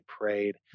prayed